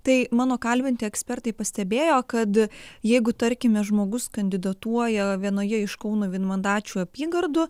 tai mano kalbinti ekspertai pastebėjo kad jeigu tarkime žmogus kandidatuoja vienoje iš kauno vienmandačių apygardų